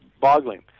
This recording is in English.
boggling